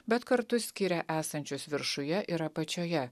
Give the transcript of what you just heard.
bet kartu skiria esančius viršuje ir apačioje